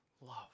love